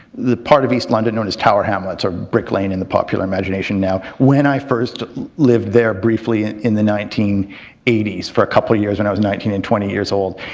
the part of east london known as tower hamlets or brick lane in the popular imagination now. when i first lived there briefly and in the nineteen eighty s for a couple of years when i was nineteen and twenty years old,